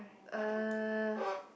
uh